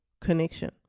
connection